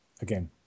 Again